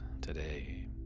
today